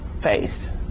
face